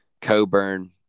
Coburn